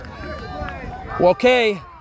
Okay